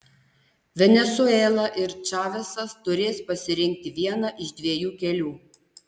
venesuela ir čavesas turės pasirinkti vieną iš dviejų kelių